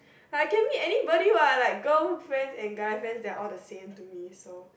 but I can meet anybody what like girl friends and guy friends they are all the same to me so